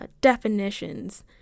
definitions